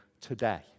today